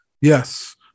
yes